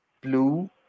blue